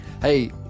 Hey